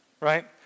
right